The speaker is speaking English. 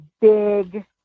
big